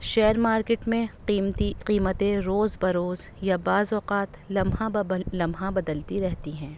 share market میں قیمتی قیمتیں روز بروز یا بعض اوقات لمحہ بہ لمحہ بدلتی رہتی ہیں